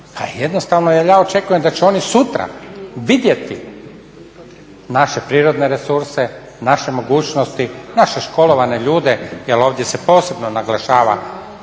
jednostavno jer ja očekujem da će oni sutra vidjeti naše prirodne resurse, naše mogućnosti, naše školovane ljude jer ovdje se posebno naglašava